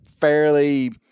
fairly